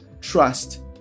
trust